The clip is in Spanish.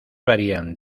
varían